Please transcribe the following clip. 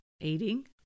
eating